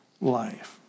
life